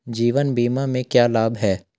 जीवन बीमा से क्या लाभ हैं?